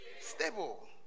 Stable